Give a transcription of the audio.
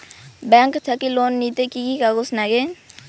Bank থাকি loan নিতে কি কি কাগজ নাগে?